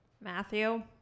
Matthew